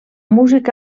músic